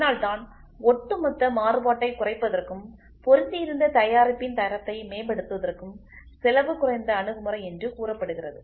அதனால்தான் ஒட்டுமொத்த மாறுபாட்டைக் குறைப்பதற்கும் பொருந்தியிருந்த தயாரிப்பின் தரத்தை மேம்படுத்துவதற்கும் செலவு குறைந்த அணுகுமுறை என்று கூறப்படுகிறது